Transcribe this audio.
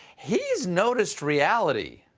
he's noticed reality.